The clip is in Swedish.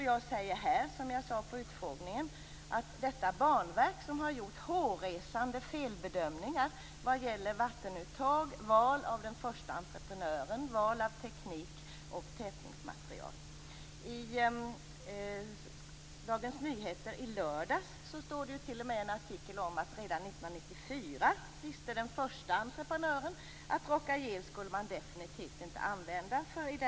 Jag säger här, som jag sade vid utfrågningen, att detta banverk har gjort hårresande felbedömningar vad gäller vattenuttag, val av den första entreprenören, val av teknik och tätningsmaterial. I Dagens Nyheter i lördags finns t.o.m. en artikel om att den första entreprenören visste redan 1994 att man definitivt inte skulle använda Rhoca-Gil.